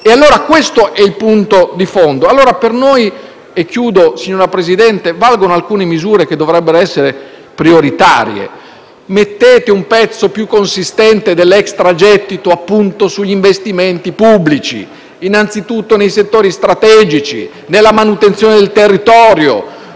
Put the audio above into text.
condono. Questo è il punto di fondo. Per noi - e chiudo, signor Presidente - valgono alcune misure che dovrebbero essere prioritarie. Mettete un pezzo più consistente dell'extragettito sugli investimenti pubblici, innanzitutto nei settori strategici, nella manutenzione del territorio